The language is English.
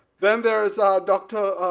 then there is dr.